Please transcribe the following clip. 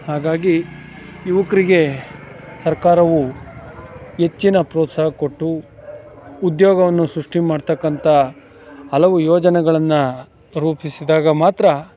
ಹಾಗಾಗಿ ಯುವಕ್ರಿಗೆ ಸರ್ಕಾರವು ಹೆಚ್ಚಿನ ಪ್ರೋತ್ಸಾಹ ಕೊಟ್ಟು ಉದ್ಯೋಗವನ್ನು ಸೃಷ್ಟಿ ಮಾಡ್ತಕ್ಕಂಥ ಹಲವು ಯೋಜನೆಗಳನ್ನು ರೂಪಿಸಿದಾಗ ಮಾತ್ರ